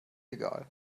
egal